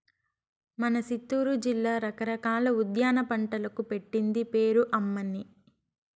మన సిత్తూరు జిల్లా రకరకాల ఉద్యాన పంటలకు పెట్టింది పేరు అమ్మన్నీ